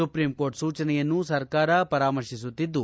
supreme court ಸೂಚನೆಯನ್ನು ಸರ್ಕಾರ ಪರಾಮರ್ತಿಸುತ್ತಿದ್ದು